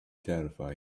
terrified